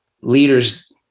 leaders